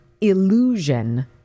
illusion